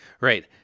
Right